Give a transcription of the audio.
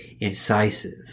incisive